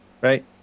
Right